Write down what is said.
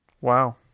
Wow